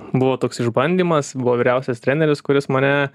buvo toks išbandymas buvo vyriausias treneris kuris mane